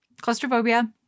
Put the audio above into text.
claustrophobia